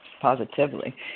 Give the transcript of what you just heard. positively